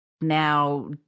Now